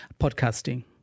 podcasting